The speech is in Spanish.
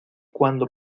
cuando